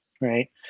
right